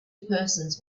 persons